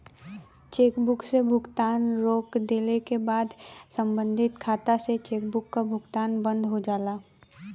chequebook से भुगतान रोक देले क बाद सम्बंधित खाता से चेकबुक क भुगतान बंद हो जाला